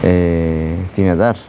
ए तिन हजार